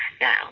Now